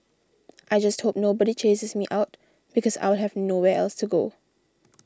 I just hope nobody chases me out because I'll have nowhere else to go